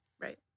Right